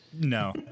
No